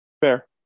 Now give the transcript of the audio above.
fair